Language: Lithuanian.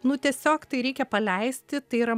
nu tiesiog tai reikia paleisti tai yra